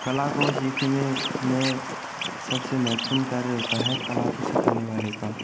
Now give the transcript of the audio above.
कला को सीखने में सबसे महत्वपूर्ण कार्य होता है कला को सिखाने वाले का